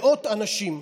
מאות אנשים.